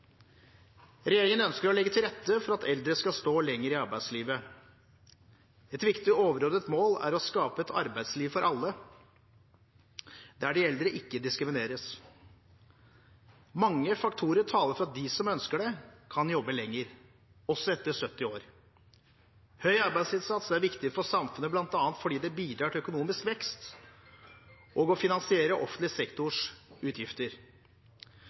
Regjeringen ønsker å legge til rette for at eldre skal stå lenger i arbeidslivet. Et viktig, overordnet mål er å skape et arbeidsliv for alle, der de eldre ikke diskrimineres. Mange faktorer taler for at de som ønsker det, kan jobbe lenger, også etter fylte 70 år. Høy arbeidsinnsats er viktig for samfunnet bl.a. fordi det bidrar til økonomisk vekst og til å finansiere offentlig sektors utgifter.